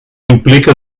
implica